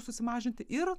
susimažinti ir